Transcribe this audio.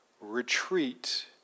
retreat